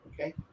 okay